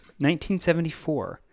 1974